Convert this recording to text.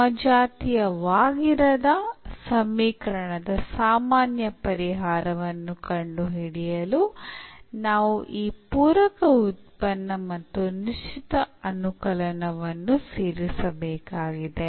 ಸಮಜಾತೀಯವಾಗಿರದ ಸಮೀಕರಣದ ಸಾಮಾನ್ಯ ಪರಿಹಾರವನ್ನು ಕಂಡುಹಿಡಿಯಲು ನಾವು ಈ ಪೂರಕ ಉತ್ಪನ್ನ ಮತ್ತು ನಿಶ್ಚಿತ ಅನುಕಲನವನ್ನು ಸೇರಿಸಬೇಕಾಗಿದೆ